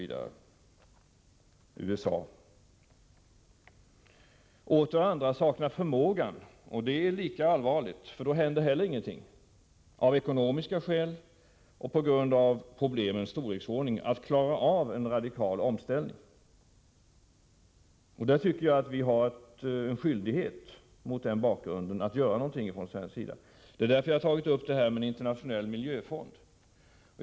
Andra länder saknar förmågan, och det är lika allvarligt, för då händer heller ingenting. På grund av problemens storlek och av ekonomiska skäl har man svårt att klara av en radikal omställning. Mot den bakgrunden har vi från svensk sida skyldighet att göra någonting. Det är därför jag har tagit upp frågan om en internationell miljöfond.